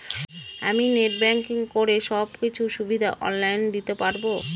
আমি net banking করে সব কিছু সুবিধা অন লাইন দিতে পারবো?